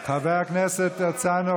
חבר הכנסת הרצנו,